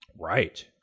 right